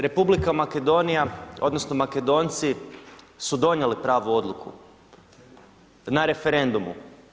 Repulika Makedonija, odnosno Makedonci su donijeli pravu odluku na referendumu.